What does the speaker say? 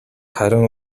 харин